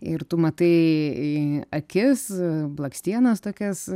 ir tu matai į akis blakstienas tokias